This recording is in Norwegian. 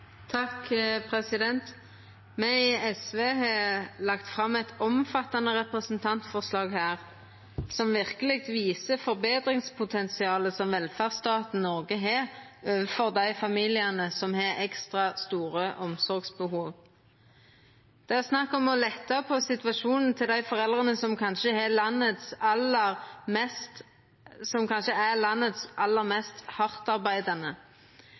Me i SV har lagt fram eit omfattande representantforslag som verkeleg viser forbetringspotensialet som velferdsstaten Noreg har overfor dei familiane som har ekstra store omsorgsbehov. Det er snakk om å letta på situasjonen til dei foreldra som kanskje er landets aller mest hardtarbeidande. Eg trur ikkje det er